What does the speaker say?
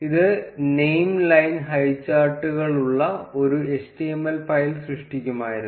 ഇത് name line ഹൈചാർട്ടുകളുള്ള ഒരു html ഫയൽ സൃഷ്ടിക്കുമായിരുന്നു